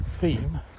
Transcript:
theme